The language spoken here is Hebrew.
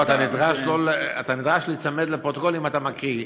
לא, אתה נדרש להיצמד לפרוטוקול, אם אתה מקריא.